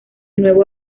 nuevo